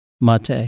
Mate